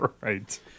Right